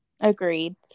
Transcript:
Agreed